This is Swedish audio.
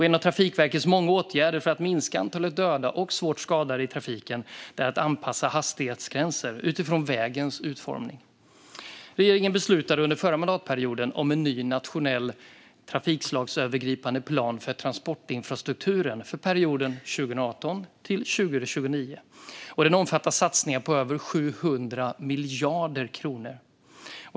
En av Trafikverkets många åtgärder för att minska antalet döda och svårt skadade i trafiken är att anpassa hastighetsgränser utifrån vägens utformning. Regeringen beslutade under förra mandatperioden om en ny nationell trafikslagsövergripande plan för transportinfrastrukturen för perioden 2018-2029, och den omfattar satsningar på över 700 miljarder kronor.